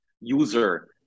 user